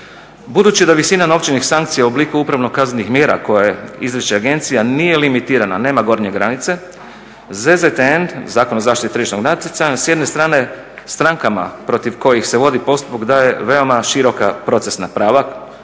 Budući da visina novčanih sankcija u obliku upravno-kaznenih mjera koje izriče agencija nije limitirana, nema gornje granice. ZZTN, Zakon o zaštiti tržišnog natjecanja s jedne strane strankama protiv kojih se vodi postupak daje veoma široka procesna prava